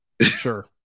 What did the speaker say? Sure